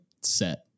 set